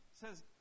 says